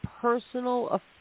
personal